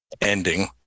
ending